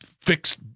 fixed